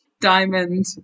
diamond